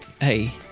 hey